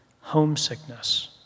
homesickness